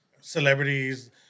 celebrities